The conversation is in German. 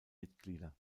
mitglieder